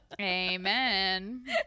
Amen